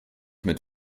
mit